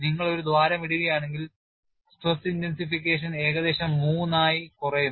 നിങ്ങൾ ഒരു ദ്വാരം ഇടുകയാണെങ്കിൽ സമ്മർദ്ദ തീവ്രത ഏകദേശം 3 ആയി കുറയുന്നു